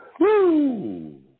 Woo